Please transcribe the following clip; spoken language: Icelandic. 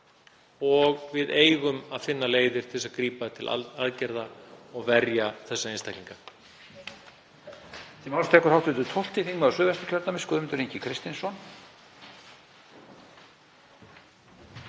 og við eigum að finna leiðir til þess að grípa til aðgerða og verja þessa einstaklinga.